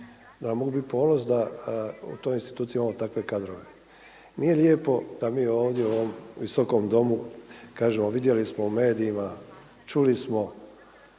da nam mogu biti ponos da u toj instituciji imamo takve kadrove. Nije lijepo da mi ovdje u ovom Visokom domu kažemo vidjeli smo u medijima, čuli smo